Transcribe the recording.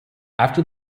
after